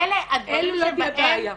אלה הדברים שבהם